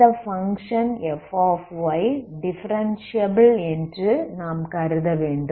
இந்த function f differentiable என்று நாம் கருதவேண்டும்